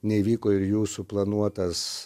neįvyko ir jūsų planuotas